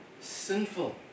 sinful